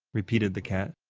repeated the cat.